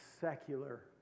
secular